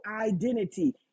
identity